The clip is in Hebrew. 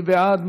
מי בעד?